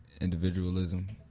individualism